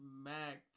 smacked